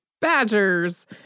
Badgers